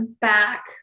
back